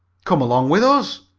come along with us,